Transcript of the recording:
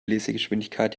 lesegeschwindigkeit